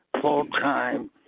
full-time